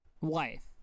Wife